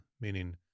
meaning